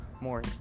more